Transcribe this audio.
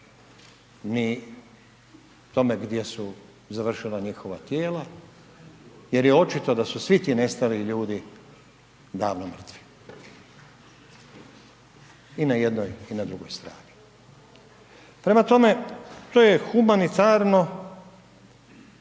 ni o tome gdje su završila njihova tijela, jer je očito da su svi ti nestali ljudi davno mrtvi i na jednoj i na drugoj strani. Prema tome, to je humanitarno